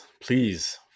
please